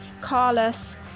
Carlos